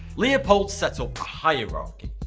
leopold setup a hierarchy,